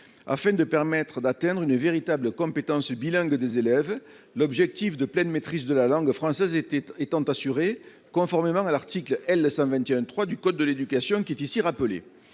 afin de permettre d'atteindre une véritable compétence bilingue des élèves, l'objectif de pleine maîtrise de la langue française étant assuré conformément à l'article L121-3 du code de l'éducation, qui est ici rappelé.